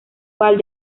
val